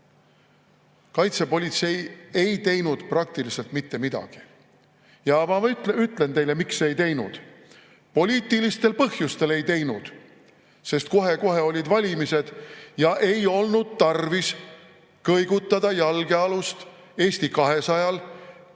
Kaitsepolitsei ei teinud praktiliselt mitte midagi. Ja ma ütlen teile, miks ei teinud. Poliitilistel põhjustel ei teinud, sest kohe-kohe olid valimised [tulemas] ja ei olnud tarvis kõigutada jalgealust Eesti 200‑l,